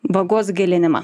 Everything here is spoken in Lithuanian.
vagos gilinimą